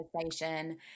conversation